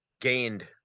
gained